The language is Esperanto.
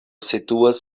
situas